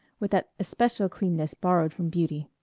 with that especial cleanness borrowed from beauty.